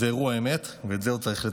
זה אירוע אמת, ואת זה עוד צריך לתקן.